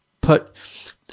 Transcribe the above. put